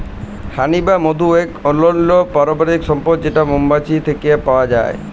হানি বা মধু ইক অনল্য পারকিতিক সম্পদ যেট মোমাছি থ্যাকে আমরা পায়